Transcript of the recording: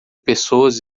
pessoas